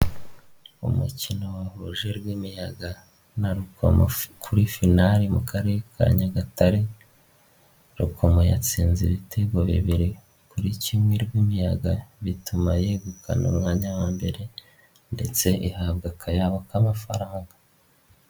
Umukino wahuje Rwimiyaga na Rukomo kuri finali mu Karere Ka Nyagatare, Rukomo yatsinze ibitego bibiri kuri kimwe Rwimiyaga bituma yegukana umwanya wa mbere, ndetse ihabwa akayabo k'amafaranga.